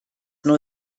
nur